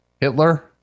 hitler